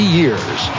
years